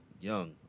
young